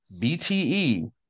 BTE